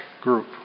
group